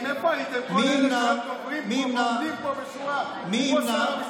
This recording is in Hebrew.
כל אלה, עומדים פה בשורה, כמו שר המשפטים לשעבר.